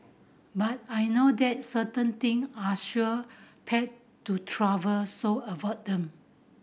but I know that certain thing are sure path to travel so avoid them